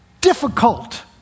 difficult